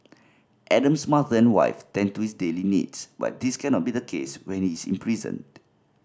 Adam's mother and wife tend to his daily needs but this cannot be the case when he is imprisoned